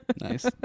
Nice